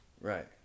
Right